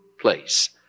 place